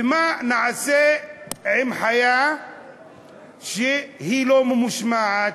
ומה נעשה עם חיה שהיא לא ממושמעת?